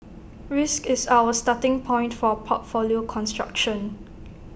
risk is our starting point for portfolio construction